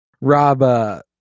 Rob